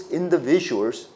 individuals